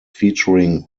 featuring